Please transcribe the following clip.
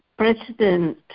President